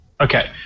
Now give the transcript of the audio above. Okay